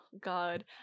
god